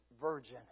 virgin